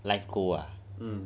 life goal ah